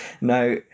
Now